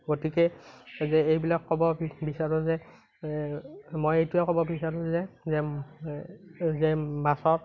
গতিকে এই এইবিলাক ক'ব বিচাৰোঁ যে মই এইটোয়ে ক'ব বিচাৰোঁ যে যে মাছৰ